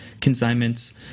consignments